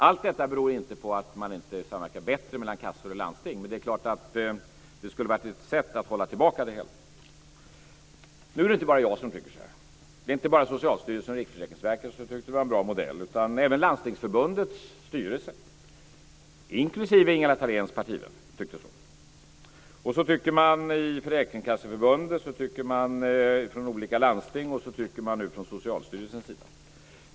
Allt detta beror inte på att man inte samverkar bättre mellan kassor och landsting, men det är klart att det skulle vara ett sätt att hålla tillbaka det hela. Nu är det inte bara jag som tycker så här. Det var inte bara Socialstyrelsen och Riksförsäkringsverket som tyckte att det var en bra modell. Även Landstingsförbundets styrelse, inklusive Ingela Thaléns partivänner, tyckte så. Så tycker man också i Försäkringskasseförbundet. Så tycker man från olika landsting, och så tycker man nu från Socialstyrelsens sida.